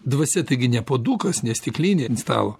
dvasia taigi ne puodukas ne stiklinė ant stalo